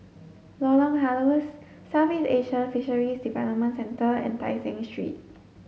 Lorong Halus Southeast Asian Fisheries Development Centre and Tai Seng Street